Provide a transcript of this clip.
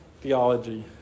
theology